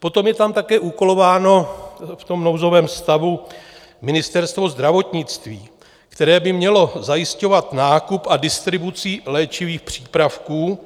Potom je tam také úkolováno v nouzovém stavu Ministerstvo zdravotnictví, které by mělo zajišťovat nákup a distribuci léčivých přípravků